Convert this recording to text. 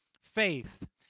faith